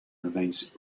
remains